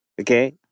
Okay